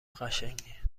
قشنگی